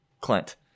Clint